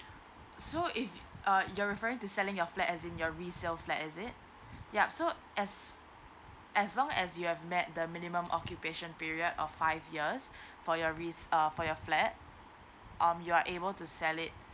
so if uh you're referring to selling your flat as in your resale flat is it yup so as as long as you have met the minimum occupation period of five years for your res~ err for your flat um you are able to sale it